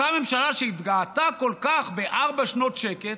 אותה ממשלה שהתגאתה כל כך בארבע שנות שקט,